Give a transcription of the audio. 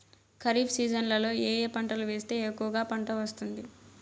ఖరీఫ్ సీజన్లలో ఏ ఏ పంటలు వేస్తే ఎక్కువగా పంట వస్తుంది?